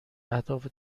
اهداف